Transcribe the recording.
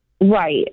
Right